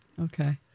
Okay